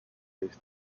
based